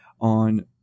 on